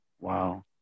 Wow